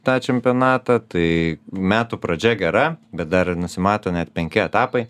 tą čempionatą tai metų pradžia gera bet dar nusimato net penki etapai